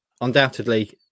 undoubtedly